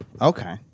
okay